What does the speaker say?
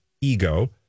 Ego